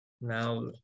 Now